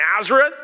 Nazareth